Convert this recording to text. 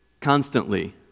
constantly